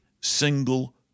single